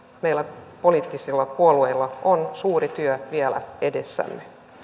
meillä poliittisilla puolueilla on suuri työ vielä edessämme